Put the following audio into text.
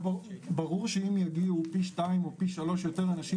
ברור שאם יגיעו פי שניים או פי שלושה יותר אנשים